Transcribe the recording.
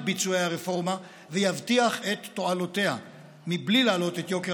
ביצועי הרפורמה ויבטיח את תועלותיה מבלי להעלות את יוקר